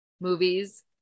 movies